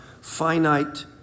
finite